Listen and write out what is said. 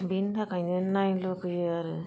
बेनि थाखायनो नायनो लुगैयो आरो